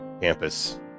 campus